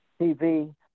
TV